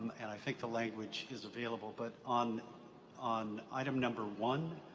and i think the language is available. but on on item number one,